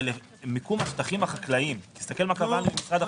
מיקום השטחים החקלאים תסכל מה קבע משרד החקלאות.